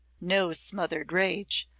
no smothered rage,